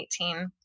2018